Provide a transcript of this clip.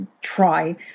Try